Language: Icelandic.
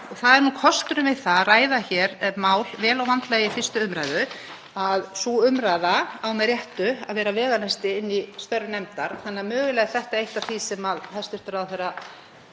Það er nú kosturinn við það að ræða hér mál vel og vandlega í 1. umr. að sú umræða á með réttu að vera veganesti inn í störf nefndar þannig að mögulega er þetta eitt af því sem hæstv. ráðherra